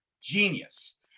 Genius